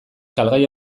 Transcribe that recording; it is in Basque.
salgai